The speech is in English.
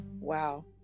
Wow